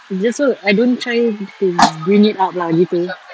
just so I don't try to bring it up lah gitu